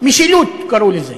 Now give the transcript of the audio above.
משילות קראו לזה.